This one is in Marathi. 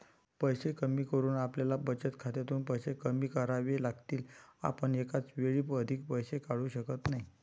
पैसे कमी करून आपल्याला बचत खात्यातून पैसे कमी करावे लागतील, आपण एकाच वेळी अधिक पैसे काढू शकत नाही